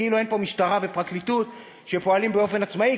כאילו אין פה משטרה ופרקליטות שפועלים באופן עצמאי.